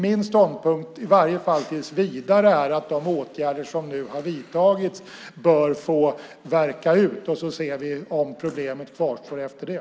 Min ståndpunkt i varje fall tills vidare är att de åtgärder som nu har vidtagits bör få verka. Så ser vi om problemet kvarstår efter det.